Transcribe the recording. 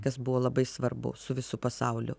kas buvo labai svarbu su visu pasauliu